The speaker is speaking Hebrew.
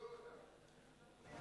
תסגור אותם.